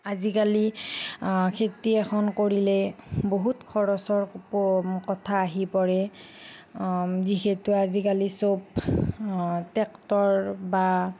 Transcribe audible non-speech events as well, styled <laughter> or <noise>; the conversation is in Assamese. আজিকালি খেতি এখন কৰিলে বহুত খৰচৰ <unintelligible> কথা আহি পৰে যিহেতু আজিকালি চব ট্ৰেক্টৰ বা